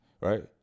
right